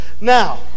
now